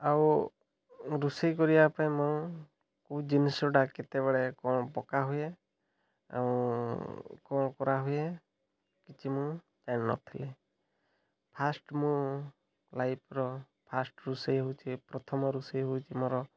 ଆଉ ରୋଷେଇ କରିବା ପାଇଁ କେଉଁ ଜିନିଷଟା କେତେବେଳେ କ'ଣ ପକା ହୁଏ ଆଉ କ'ଣ କରାହୁଏ କିଛି ମୁଁ ଜାଣିନଥିଲି ଫାର୍ଷ୍ଟ ମୁଁ ଲାଇଫ୍ର ଫାର୍ଷ୍ଟ ରୋଷେଇ ହେଉଛି ପ୍ରଥମ ରୋଷେଇ ହେଉଛି ମୋର